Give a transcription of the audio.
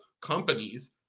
companies